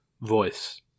voice